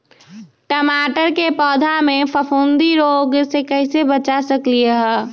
टमाटर के पौधा के फफूंदी रोग से कैसे बचा सकलियै ह?